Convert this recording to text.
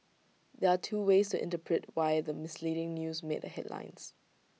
there are two ways interpret why the misleading news made the headlines